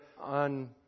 on